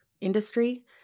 industry